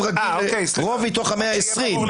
אתה חוקקת עכשיו חוק חדש ולכן אין עליו התגברות.